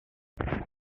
les